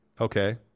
Okay